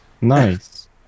Nice